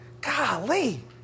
Golly